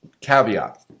Caveat